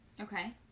Okay